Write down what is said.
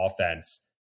offense